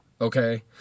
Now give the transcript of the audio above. okay